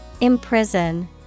Imprison